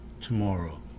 tomorrow